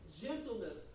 gentleness